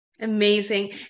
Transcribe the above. Amazing